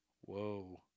Whoa